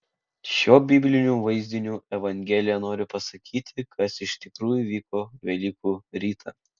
šiuo bibliniu vaizdiniu evangelija nori pasakyti kas iš tikrųjų įvyko velykų rytą